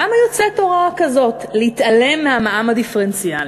למה יוצאת הוראה כזאת, להתעלם מהמע"מ הדיפרנציאלי?